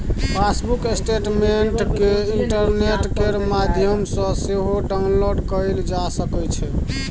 passbook statement केँ internet केर माध्यमसँ सेहो डाउनलोड कएल जा सकै छै